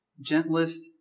gentlest